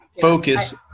focus